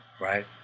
right